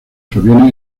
provienen